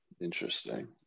interesting